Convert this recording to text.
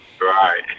right